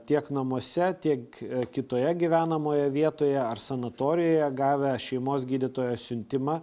tiek namuose tiek kitoje gyvenamoje vietoje ar sanatorijoje gavę šeimos gydytojo siuntimą